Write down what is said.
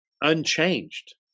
unchanged